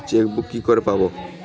Chequebook কি করে পাবো?